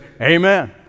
amen